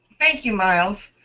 thank you, miles.